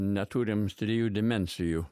neturim trijų dimensijų